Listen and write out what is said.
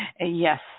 Yes